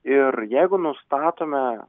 ir jeigu nustatome